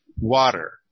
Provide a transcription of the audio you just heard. water